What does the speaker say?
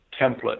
template